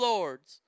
Lords